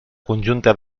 conjunta